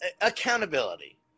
accountability